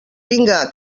vinga